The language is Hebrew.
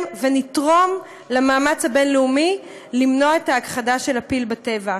ונתרום למאמץ הבין-לאומי למנוע את ההכחדה של הפיל בטבע,